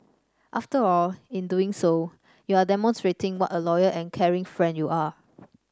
after all in doing so you are demonstrating what a loyal and caring friend you are